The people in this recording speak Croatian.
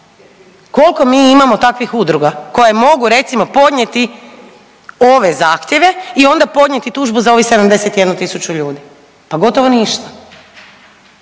Koliko mi imamo takvih udruga koje mogu recimo podnijeti ove zahtjeve i onda podnijeti tužbu za ovih 71000 ljudi. Pa gotovo ništa.